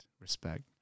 respect